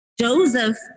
Joseph